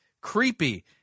creepy